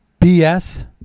BS